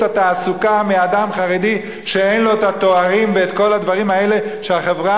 התעסוקה מאדם חרדי שאין לו התארים וכל הדברים האלה שהחברה